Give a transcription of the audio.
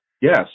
Yes